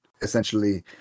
essentially